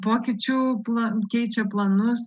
pokyčių pla keičia planus